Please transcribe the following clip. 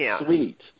sweet